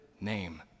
name